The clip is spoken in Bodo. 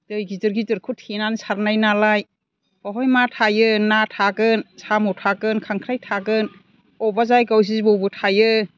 दै गिदिर गिदिरखौ थेनानै सारनाय नालाय बेवहाय मा थायो ना थागोन साम' थागोन खांख्राइ थागोन बबेबा जायगायाव जिबौबो थायो